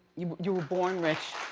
you you were born rich.